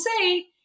say